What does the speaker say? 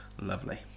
Lovely